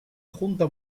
junta